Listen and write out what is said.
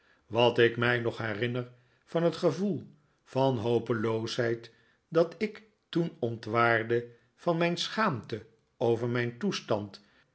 wat ik mij nog herinner van het gevoel van hopeloosheid dat ik toen ontwaarde van mijn schaamte over mijn toestand